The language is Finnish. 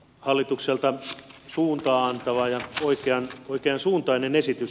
hallitukselta suuntaa antava ja oikeansuuntainen esitys